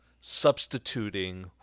substituting